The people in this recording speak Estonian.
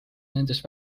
nendest